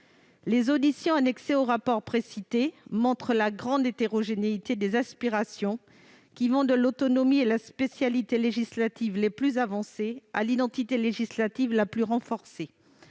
Les auditions annexées au rapport précité montrent la grande hétérogénéité des aspirations, qui vont de l'autonomie et de la spécialité législative les plus avancées à l'identité législative la plus renforcée.